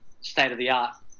state-of-the-art